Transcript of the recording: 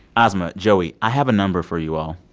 asma, joey, i have a number for you all.